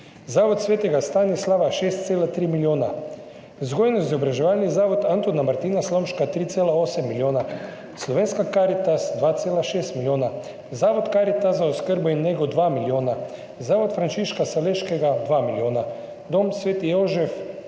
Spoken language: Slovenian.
Zavod svetega Stanislava 6,3 milijona, Vzgojno-izobraževalni zavod Antona Martina Slomška 3,8 milijona, Slovenska karitas 2,6 milijona, Zavod Karitas za oskrbo in nego 2 milijona, Zavod sv. Frančiška Saleškega 2 milijona, Dom sv. Jožef